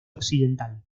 occidental